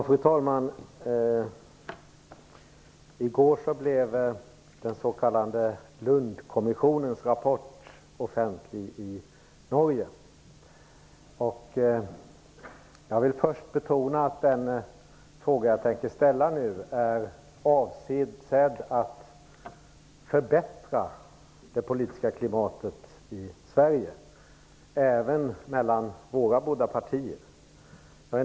Fru talman! I går blev den s.k. Lundkommissionens rapport offentlig i Norge. Jag vill först betona att den fråga jag nu tänker ställa är avsedd att förbättra det politiska klimatet i Sverige även mellan våra båda partier.